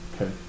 Okay